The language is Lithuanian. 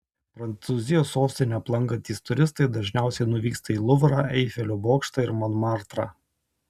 prancūzijos sostinę aplankantys turistai dažniausiai nuvyksta į luvrą eifelio bokštą ir monmartrą